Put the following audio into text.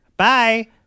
bye